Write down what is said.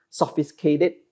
sophisticated